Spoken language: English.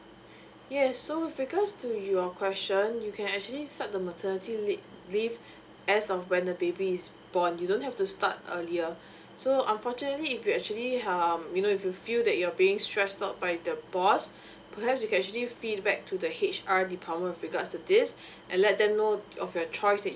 yes so with regards to your question you can actually start the maternity leave as of when the baby is born you don't have to start earlier so unfortunately if you actually um if you feel that you are being stressed out by the boss perhaps you can actually feedback to the H_R department with regards to this and let them know of your choice that